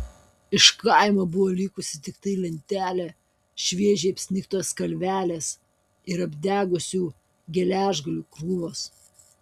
iš kaimo buvo likusi tiktai lentelė šviežiai apsnigtos kalvelės ir apdegusių geležgalių krūvos